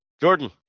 Jordan